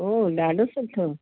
उहो ॾाढी सुठो